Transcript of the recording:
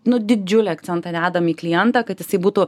nu didžiulį akcentą dedam į klientą kad jisai būtų